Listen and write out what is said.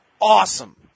awesome